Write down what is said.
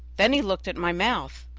then he looked at my mouth.